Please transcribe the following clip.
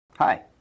Hi